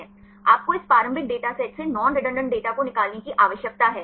आपको इस प्रारंभिक डेटा सेट से नॉन रेडंडान्त डेटा को निकालने की आवश्यकता है